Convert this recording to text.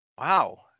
Wow